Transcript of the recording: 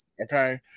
Okay